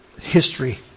history